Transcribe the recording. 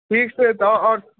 ठीक छै तऽ आओर